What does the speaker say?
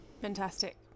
Fantastic